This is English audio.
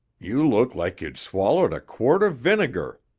you look like you'd swallowed a quart of vinegar,